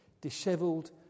dishevelled